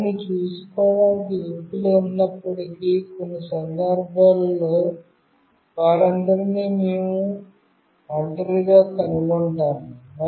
వారిని చూసుకోవటానికి వ్యక్తులు ఉన్నప్పటికీ కొన్ని సందర్భాల్లో వారందరినీ మేము ఒంటరిగా కనుగొంటాము